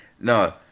No